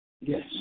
Yes